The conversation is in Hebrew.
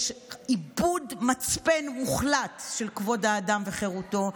יש איבוד מצפן מוחלט של כבוד האדם וחירותו,